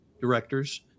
directors